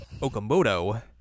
Okamoto